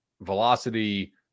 velocity